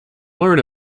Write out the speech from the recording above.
learn